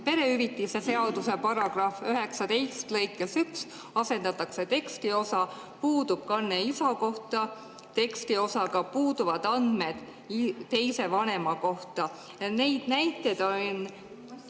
Perehüvitiste seaduse § 19 lõikes 1 asendatakse tekstiosa "puudub kanne isa kohta" tekstiosaga "puuduvad andmed teise vanema kohta". Selliseid näiteid on